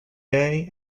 day